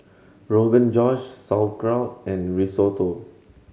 Rogan Josh Sauerkraut and Risotto